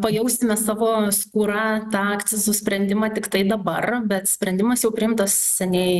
pajausime savo skūra tą akcizų sprendimą tiktai dabar bet sprendimas jau priimtas seniai